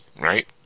right